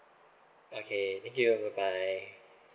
okay thank you bye bye